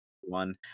one